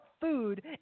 food